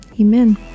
Amen